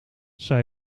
zij